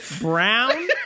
brown